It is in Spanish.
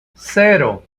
cero